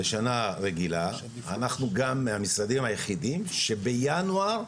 בשנה רגילה אנחנו גם מהמשרדים היחידים שבינואר,